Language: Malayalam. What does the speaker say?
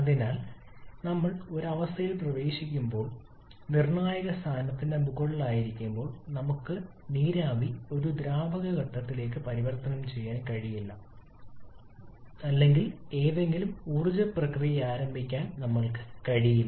അതിനാൽ നമ്മൾ ഒരു അവസ്ഥയിൽ പ്രവർത്തിക്കുമ്പോൾ നിർണായക സ്ഥാനത്തിന് മുകളിലായിരിക്കുമ്പോൾ നമുക്ക് നീരാവി ഒരു ദ്രാവക ഘട്ടത്തിലേക്ക് പരിവർത്തനം ചെയ്യാൻ കഴിയില്ല അല്ലെങ്കിൽ ഏതെങ്കിലും ഊർജ്ജ പ്രക്രിയ ആരംഭിക്കാൻ നമ്മൾക്ക് കഴിയില്ല